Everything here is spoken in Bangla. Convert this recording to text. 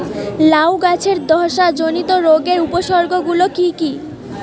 লাউ গাছের ধসা জনিত রোগের উপসর্গ গুলো কি কি?